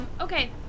Okay